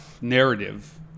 narrative